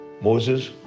Moses